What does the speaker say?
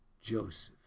Joseph